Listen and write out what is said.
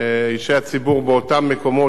אישי הציבור באותם מקומות,